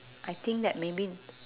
I think that maybe